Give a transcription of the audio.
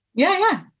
yeah. yeah.